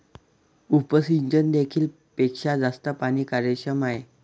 उपसिंचन देखील पेक्षा जास्त पाणी कार्यक्षम आहे